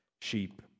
sheep